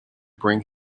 bring